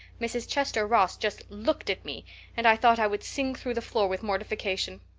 mrs. chester ross just looked at me and i thought i would sink through the floor with mortification.